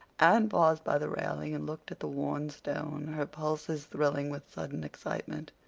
anne paused by the railing and looked at the worn stone, her pulses thrilling with sudden excitement.